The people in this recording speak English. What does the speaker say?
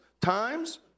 times